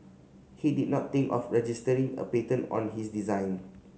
he did not think of registering a patent on his design